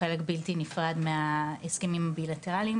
חלק בלתי נפרד מההסכמים הבילטראליים.